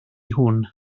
hwn